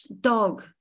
dog